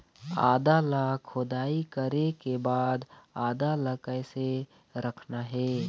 आदा ला खोदाई करे के बाद आदा ला कैसे रखना हे?